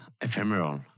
ephemeral